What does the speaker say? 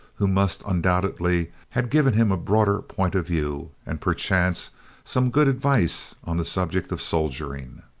who must undoubtedly have given him a broader point of view, and perchance some good advice on the subject of soldiering.